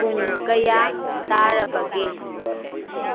ꯄꯨꯡ ꯀꯌꯥ ꯇꯥꯔꯕꯒꯦ